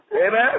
Amen